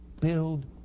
build